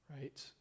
right